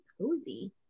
cozy